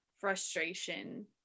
frustration